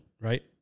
right